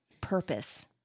purpose